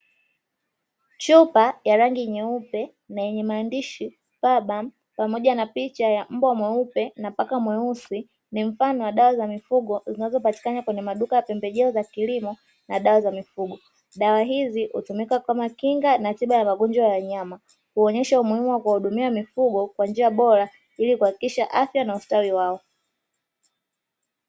Chupa ya rangi nyeupe na yenye maandishi "palbam" pamoja na mbwa mweupe na paka mweusi, ni mfano wa dawa za mifugo zinazopatikana kwenye maduka ya pembe jeo za kilimo na dawa za mifugo. Dawa hizi hutumika kama kinga na tiba ya magonjwa ya wanyama huonyesha umuhimu wa kuwahudumia kwa njia bora ili kuhakikisha afya na ustawi wao.